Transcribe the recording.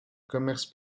commerce